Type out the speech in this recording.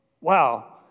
Wow